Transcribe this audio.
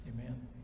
Amen